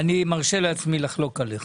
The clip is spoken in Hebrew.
ואני מרשה לעצמי לחלוק עליך.